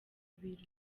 biro